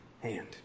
hand